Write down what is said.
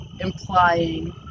implying